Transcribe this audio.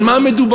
על מה מדובר?